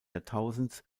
jahrtausends